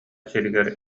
сиригэр